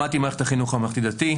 למדתי במערכת החינוך הממלכתי-דתי,